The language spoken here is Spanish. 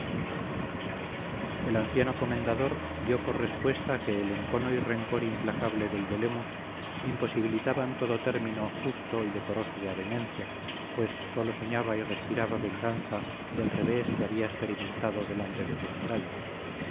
el anciano comendador dio por respuesta que el encono y rencor implacable del de lemus imposibilitaban todo término justo y decoroso de avenencia pues sólo soñaba y respiraba venganza del revés que había experimentado delante de sus murallas